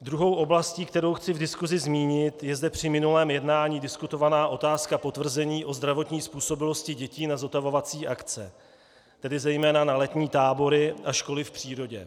Druhou oblastí, kterou chci v diskusi zmínit, je zde při minulém jednání diskutovaná otázka potvrzení o zdravotní způsobilosti dětí na zotavovací akce, tedy zejména na letní tábory a školy v přírodě.